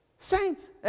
saints